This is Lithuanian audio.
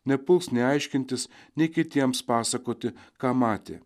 nepuls nei aiškintis nei kitiems pasakoti ką matė